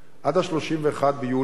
עד ה-31 ביולי,